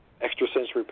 extrasensory